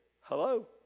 Hello